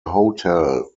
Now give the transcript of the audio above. hotel